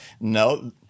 No